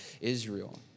Israel